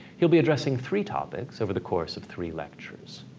he'll be addressing three topics over the course of three lectures.